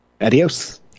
Adios